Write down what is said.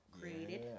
created